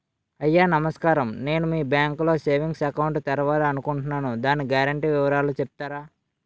అయ్యా నమస్కారం నేను మీ బ్యాంక్ లో సేవింగ్స్ అకౌంట్ తెరవాలి అనుకుంటున్నాను దాని గ్యారంటీ వివరాలు చెప్తారా?